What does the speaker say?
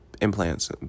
implants